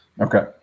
Okay